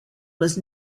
was